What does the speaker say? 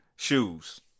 Shoes